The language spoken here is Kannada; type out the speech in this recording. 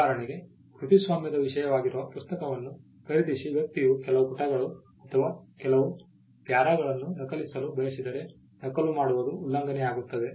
ಉದಾಹರಣೆಗೆ ಕೃತಿಸ್ವಾಮ್ಯದ ವಿಷಯವಾಗಿರುವ ಪುಸ್ತಕವನ್ನು ಖರೀದಿಸಿದ ವ್ಯಕ್ತಿಯು ಕೆಲವು ಪುಟಗಳು ಅಥವಾ ಕೆಲವು ಪ್ಯಾರಾಗಳನ್ನು ನಕಲಿಸಲು ಬಯಸಿದರೆ ನಕಲು ಮಾಡುವುದು ಉಲ್ಲಂಘನೆ ಆಗುತ್ತದೆ